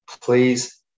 Please